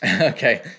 Okay